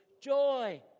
joy